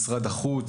של משרד החוץ,